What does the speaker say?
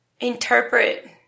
interpret